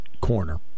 corner